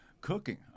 cooking